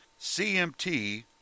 CMT